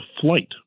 flight